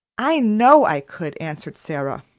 i know i could, answered sara.